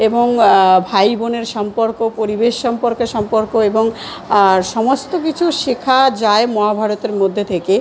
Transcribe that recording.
এবং ভাই বোনের সম্পর্ক পরিবেশ সম্পর্কে সম্পর্ক এবং সমস্ত কিছু শেখা যায় মহাভারতের মধ্যে থেকে